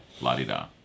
la-di-da